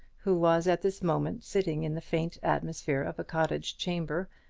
who was at this moment sitting in the faint atmosphere of a cottage chamber,